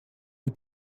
mit